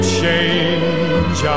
change